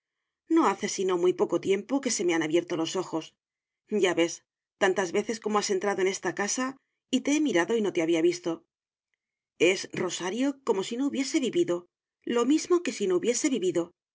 no hace sino muy poco tiempo que se me han abierto los ojos ya ves tantas veces como has entrado en esta casa y te he mirado y no te había visto es rosario como si no hubiese vivido lo mismo que si no hubiese vivido